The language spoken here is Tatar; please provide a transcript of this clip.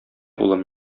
улым